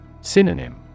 Synonym